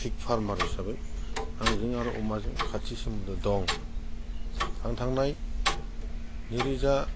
pig farmer हिसाबै आंजों आरो अमाजों खाथि सोमोन्दो दं आं थांनाय नैरोजा